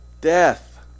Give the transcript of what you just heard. death